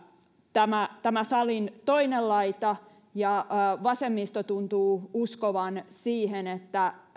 tämä tämä salin toinen laita ja vasemmisto tuntuvat uskovan siihen että